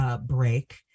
break